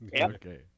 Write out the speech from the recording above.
Okay